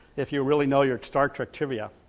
if you really know your star trek trivia,